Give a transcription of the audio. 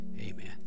Amen